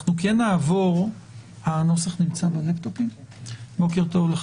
אנחנו נסביר את הדברים המשמעותיים שנכנסו אל הנוסח